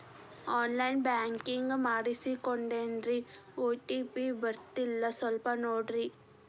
on line banking ಮಾಡಿಸ್ಕೊಂಡೇನ್ರಿ OTP ಬರ್ತಾಯಿಲ್ಲ ಸ್ವಲ್ಪ ನೋಡ್ರಿ